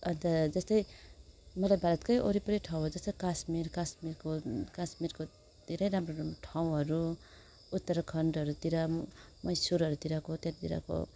अन्त जस्तै मेरै भारतकै वरिपरि ठाउँहरू जस्तै कश्मीर कश्मीरको कश्मीरको धेरै राम्रो राम्रो ठाउँहरू उत्तराखण्डहरूतिर मैसुरहरूतिरको त्यतातिरको